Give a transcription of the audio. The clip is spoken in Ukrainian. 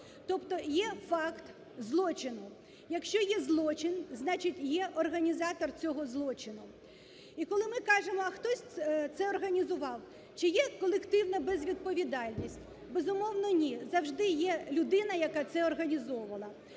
Тобто є факт злочину. Якщо є злочин, значить є організатор цього злочину. І коли ми кажемо, а хто це організував? Чи є колективна безвідповідальність? Безумовно, ні. Завжди є людина, яка це організовувала.